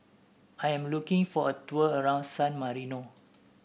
I am looking for a tour around San Marino